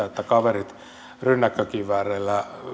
että kaverit rynnäkkökivääreillä